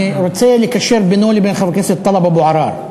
אני רוצה לקשר בינו לבין חבר הכנסת טלב אבו עראר,